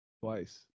twice